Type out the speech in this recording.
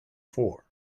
four